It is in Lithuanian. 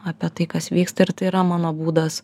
apie tai kas vyksta ir tai yra mano būdas